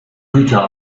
güter